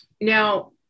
now